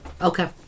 Okay